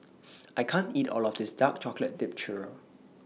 I can't eat All of This Dark Chocolate Dipped Churro